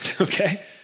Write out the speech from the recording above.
Okay